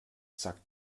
zack